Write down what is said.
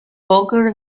vulgar